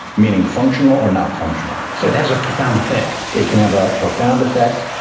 meaning functional or non-functional. so it has a profound effect. it can have a profound effect,